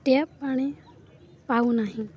tape ପାଣି ପାଉନାହିଁ